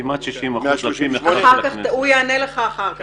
כמעט 60%. מוטי יענה לך אחר כך.